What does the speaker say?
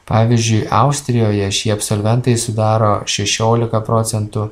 pavyzdžiui austrijoje šie absolventai sudaro šešiolika procentų